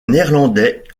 néerlandais